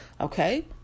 Okay